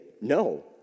no